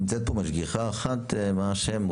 נמצאת פה משגיחה אחת, מה השם?